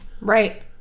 Right